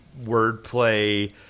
wordplay